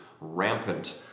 rampant